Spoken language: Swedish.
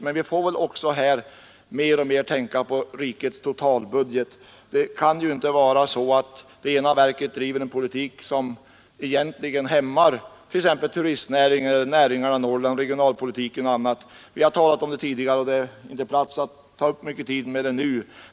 Men vi får väl också mer och mer tänka på rikets totalbudget. Det kan ju inte få vara så att det ena verket driver en politik som egentligen hämmar något annat, t.ex. turistnäringen, näringarna i Norrland, regionalpolitiken och annat. Vi har talat om det tidigare, och detta är inte rätta tillfället att ta upp tiden med den saken.